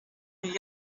gli